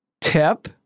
tip